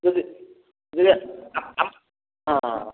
ଯଦି ହଁ